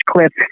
clip